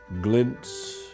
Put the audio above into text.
glints